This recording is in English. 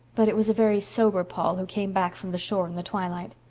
but it was a very sober paul who came back from the shore in the twilight.